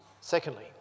Secondly